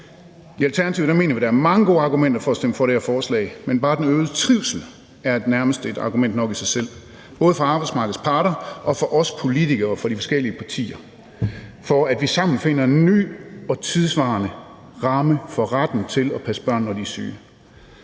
I Alternativet mener vi, at der er mange gode argumenter for at stemme for det her forslag, men bare den øgede trivsel er nærmest argument nok i sig selv – både for arbejdsmarkedets parter og for os politikere fra de forskellige partier – for, at vi sammen finder en ny og tidssvarende ramme for retten til at passe børn, når de er syge.